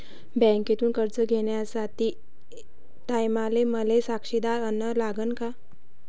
बँकेतून कर्ज घ्याचे टायमाले मले साक्षीदार अन लागन का?